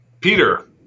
Peter